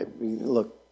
look